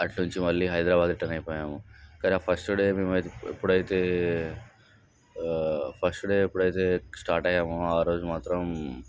అటు నుంచి మళ్ళీ హైదరాబాద్ రిటర్న్ అయిపోయాము కానీ ఫస్ట్ డే మేము ఎప్పుడైతే ఫస్ట్ డే ఎప్పుడైతే స్టార్ట్ అయినామో ఆరోజు మాత్రం